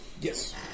Yes